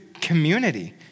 community